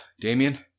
Damien